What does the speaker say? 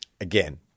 Again